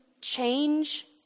change